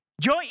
Joy